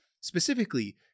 Specifically